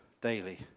daily